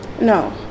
No